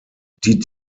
die